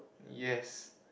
yes